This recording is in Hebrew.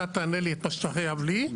אתה תענה לי את מה שאתה חייב לי.